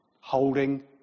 holding